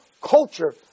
culture